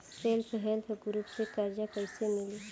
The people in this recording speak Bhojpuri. सेल्फ हेल्प ग्रुप से कर्जा कईसे मिली?